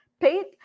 paid